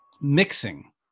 mixing